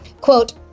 Quote